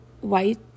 white